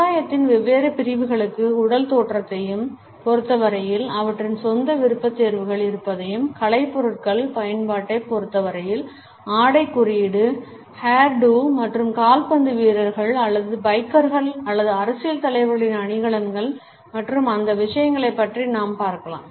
சமுதாயத்தின் வெவ்வேறு பிரிவுகளுக்கு உடல் தோற்றத்தைப் பொறுத்தவரையில் அவற்றின் சொந்த விருப்பத்தேர்வுகள் இருப்பதையும் கலைப்பொருட்களின் பயன்பாட்டைப் பொறுத்தவரையில் ஆடைக் குறியீடு ஹேர் டூ மற்றும் கால்பந்து வீரர்கள் அல்லது பைக்கர்கள் அல்லது அரசியல் தலைவர்களின் அணிகலன்கள் மற்றும் அந்த விஷயங்களைப் பற்றி நாம் பார்க்கலாம்